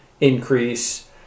increase